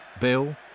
Bill